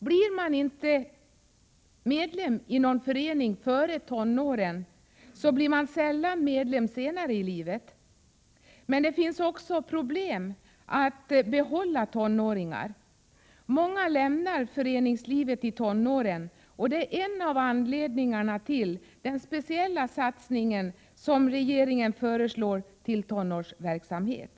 Blir man inte medlem i någon förening före tonåren blir man sällan medlem senare i livet. Men föreningarna har också problem när det gäller att behålla tonåringarna. Många lämnar föreningslivet i tonåren, och det är en av anledningarna till den speciella satsning som regeringen föreslår på tonårsverksamhet.